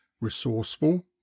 resourceful